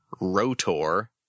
Rotor